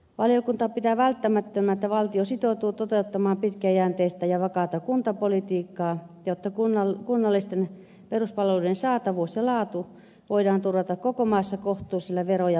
valiokunta pitää välttämättömänä että valtio sitoutuu toteuttamaan pitkäjänteistä ja vakaata kuntapolitiikkaa ja että kunnallisten peruspalveluiden saatavuus ja laatu voidaan turvata koko maassa kohtuullisella vero ja maksurasituksella